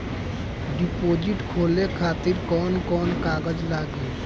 Deposit खोले खातिर कौन कौन कागज लागी?